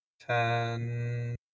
Ten